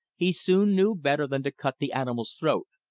he soon knew better than to cut the animal's throat,